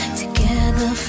together